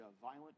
violent